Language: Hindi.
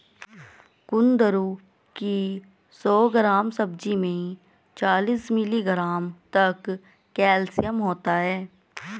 कुंदरू की सौ ग्राम सब्जी में चालीस मिलीग्राम तक कैल्शियम होता है